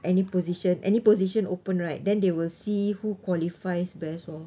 any position any position open right then they will see who qualifies best lor